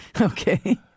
Okay